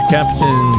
Captain